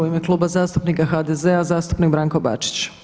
U ime Kluba zastupnika HDZ-a zastupnik Branko Bačić.